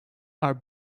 are